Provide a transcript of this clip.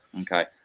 Okay